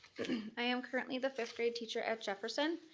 i am currently the fifth grade teacher at jefferson.